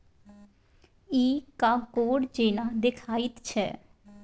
इ कॉकोड़ जेना देखाइत छै